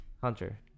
Hunter